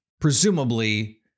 Presumably